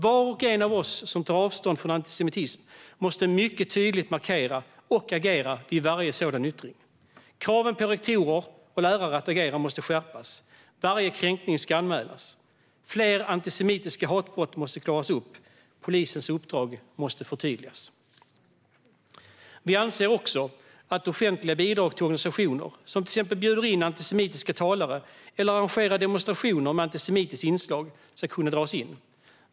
Var och en av oss som tar avstånd från antisemitism måste mycket tydligt markera och agera vid varje sådan yttring. Kraven på rektorer och lärare att agera måste skärpas. Varje kränkning ska anmälas. Fler antisemitiska hatbrott måste klaras upp. Polisens uppdrag måste förtydligas. Vi anser också att offentliga bidrag till organisationer som till exempel bjuder in antisemitiska talare eller arrangerar demonstrationer med antisemitiskt inslag ska kunna dras in.